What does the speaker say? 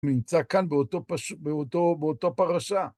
נמצא כאן באותו פרשה.